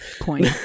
Point